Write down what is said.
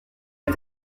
est